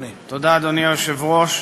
תודה, אדוני היושב-ראש.